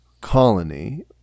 colony